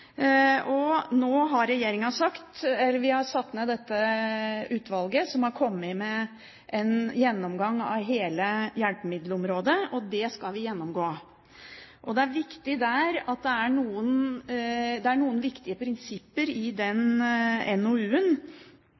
har satt ned dette utvalget som har kommet med en gjennomgang av hele hjelpemiddelområdet, og det skal vi gjennomgå. Det er noen viktige prinsipper i den NOU-en som det går an å kommentere, og det er